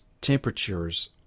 temperatures